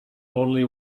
only